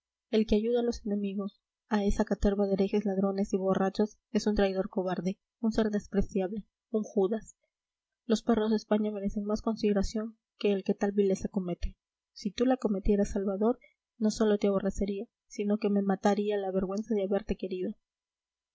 el que ayuda a los enemigos a esa caterva de herejes ladrones y borrachos es un traidor cobarde un ser despreciable un judas los perros de españa merecen más consideración que el que tal vileza comete si tú la cometieras salvador no sólo te aborrecería sino que me mataría la vergüenza de haberte querido